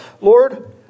Lord